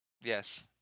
Yes